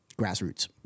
Grassroots